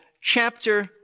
chapter